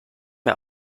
mir